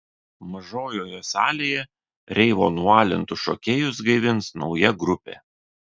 mažojoje salėje reivo nualintus šokėjus gaivins nauja grupė